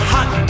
Hot